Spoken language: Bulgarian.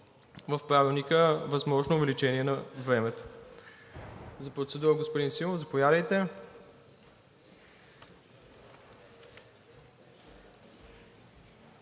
в Правилника възможно увеличение на времето. За процедура, господин Симов, заповядайте.